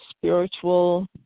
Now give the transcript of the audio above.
spiritual